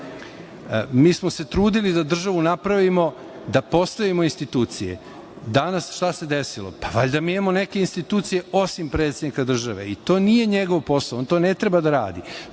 Mi smo se trudili da državu napravimo, da postavimo institucije. Danas, šta se desilo, pa valjda imamo neke institucije osim predsednika države, i to nije njegov posao, on to ne treba da radi.